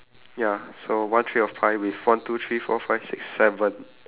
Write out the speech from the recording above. ya so one tray of pie with one two three four five six seven